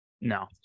no